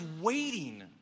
waiting